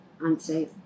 unsafe